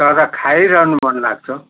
तर खाइरहनु मनलाग्छ